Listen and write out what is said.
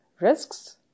risks